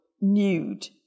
nude